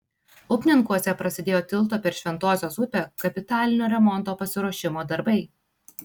upninkuose prasidėjo tilto per šventosios upę kapitalinio remonto pasiruošimo darbai